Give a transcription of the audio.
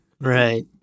Right